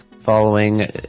following